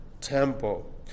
temple